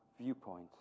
viewpoint